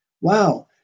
Wow